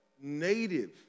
native